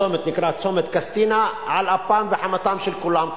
הצומת נקרא "צומת קסטינה" על אפם וחמתם של כולם.